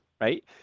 right